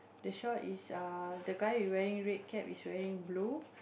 the shaw is err the guy who wearing red cap is wearing blue